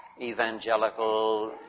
evangelical